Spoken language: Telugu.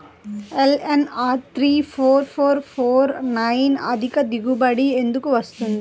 LNR three four four four nine అధిక దిగుబడి ఎందుకు వస్తుంది?